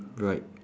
right